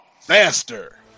Faster